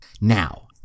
Now